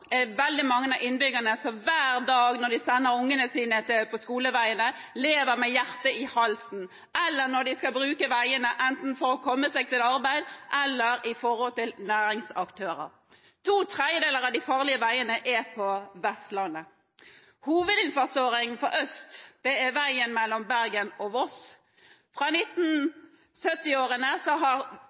veldig mange av innbyggerne som hver dag når de sender ungene sine på skoleveien, når de skal bruke veiene for å komme til arbeid eller som næringsaktører, lever med hjertet i halsen To tredjedeler av de farlige veiene er på Vestlandet. Hovedinnfartsåren fra øst er veien mellom Bergen og Voss. Siden 1970-årene har